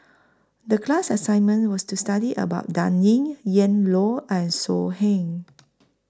The class assignment was to study about Dan Ying Ian Loy and So Heng